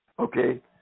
Okay